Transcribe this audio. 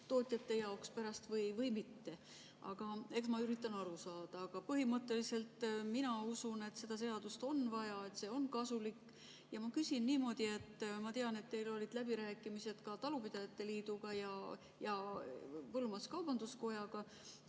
tootjate jaoks või mitte. Aga eks ma üritan aru saada. Aga põhimõtteliselt mina usun, et seda seadust on vaja, et see on kasulik. Ja ma küsin niimoodi. Ma tean, et teil olid läbirääkimised ka talupidajate liiduga ja põllumajandus-kaubanduskojaga.